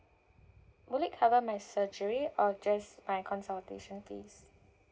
will it cover my surgery or just my consultation fees